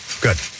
Good